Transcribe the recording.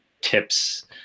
tips